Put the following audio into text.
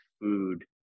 food